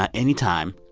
ah any time,